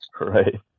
Right